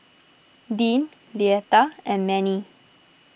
Deann Leatha and Mannie